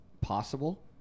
possible